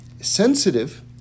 sensitive